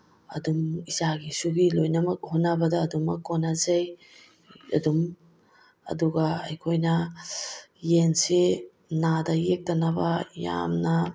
ꯑꯗꯨꯝ ꯏꯆꯥꯒꯤ ꯏꯁꯨꯒꯤ ꯂꯣꯏꯅꯃꯛ ꯍꯣꯠꯅꯕꯗ ꯑꯗꯨꯝꯃꯛ ꯀꯣꯟꯅꯖꯩ ꯑꯗꯨꯝ ꯑꯗꯨꯒ ꯑꯩꯈꯣꯏꯅ ꯌꯦꯟꯁꯤ ꯅꯥꯗ ꯌꯦꯛꯇꯅꯕ ꯌꯥꯝꯅ